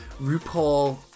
RuPaul